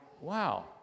wow